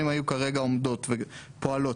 80 היו כרגע עומדות פועלות,